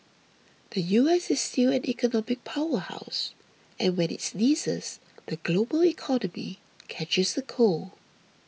the U S is still an economic power house and when it sneezes the global economy catches a cold